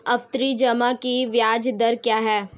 आवर्ती जमा की ब्याज दर क्या है?